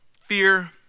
fear